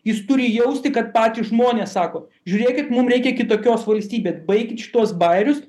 jis turi jausti kad patys žmonės sako žiūrėkit mum reikia kitokios valstybė baikit šituos baerius